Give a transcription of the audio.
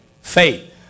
faith